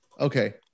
Okay